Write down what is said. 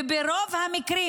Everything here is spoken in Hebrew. וברוב המקרים,